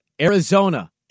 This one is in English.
Arizona